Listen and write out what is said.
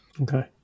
okay